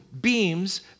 beams